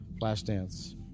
Flashdance